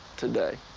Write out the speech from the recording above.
today.